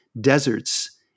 deserts